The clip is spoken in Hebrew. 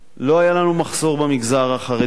לא היה לנו מחסור במגזר החרדי,